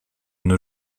nos